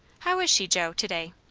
how is she, joe, to-day?